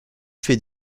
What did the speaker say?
fait